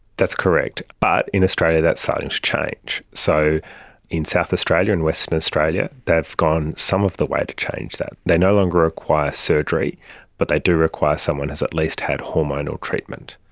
that's correct, but in australia that starting to change. so in south australia and western australia they've gone some of the way to change that. they no longer require surgery but they do require someone has at least had hormonal treatment.